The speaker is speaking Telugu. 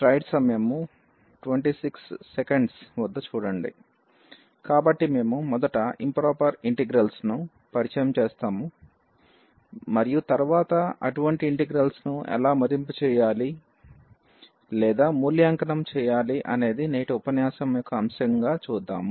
కాబట్టి మేము మొదట ఇంప్రొపెర్ ఇంటిగ్రల్స్ ను పరిచయం చేస్తాము మరియు తరువాత అటువంటి ఇంటిగ్రల్స్ ను ఎలా మదింపు లేదా మూల్యాంకనం చేయాలి అనేది నేటి ఉపన్యాసం యొక్క అంశంగా చూద్దాము